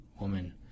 woman